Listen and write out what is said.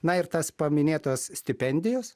na ir tas paminėtos stipendijos